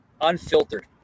Unfiltered